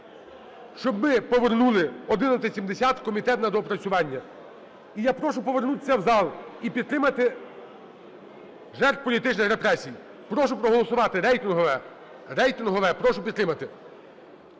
щоб ми повернули 1170 в комітет на доопрацювання. І я прошу повернутися в зал і підтримати жертв політичних репресій. Прошу проголосувати рейтингове. Рейтингове, я прошу підтримати.